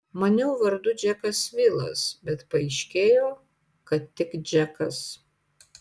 maniau vardu džekas vilas bet paaiškėjo kad tik džekas